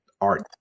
Art